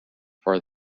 for